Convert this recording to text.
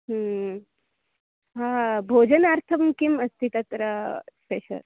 भोजनार्थं किम् अस्ति तत्र स्पेशल्